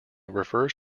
refers